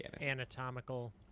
anatomical